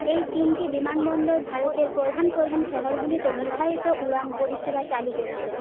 এই তিনটি বিমানবন্দর ভারতের প্রধান প্রধান শহরগুলিতে নির্ধারিত উড়ান পরিষেবা চালু করেছে